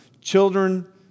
children